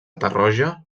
tarroja